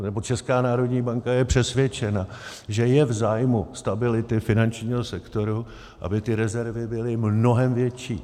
Nebo Česká národní banka je přesvědčena, že je v zájmu stability finančního sektoru, aby ty rezervy byly mnohem větší.